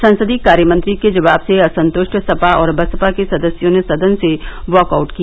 संसदीय कार्यमंत्री के जवाब से असंतुश्ट सपा और बसपा के सदस्यों ने सदन से वॉक आउट किया